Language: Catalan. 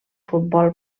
futbol